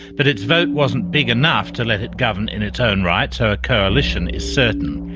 but its vote wasn't big enough to let it govern in its own right so a coalition is certain.